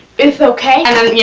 it's okay. and then, you